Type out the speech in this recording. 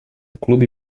clube